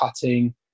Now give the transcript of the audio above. cutting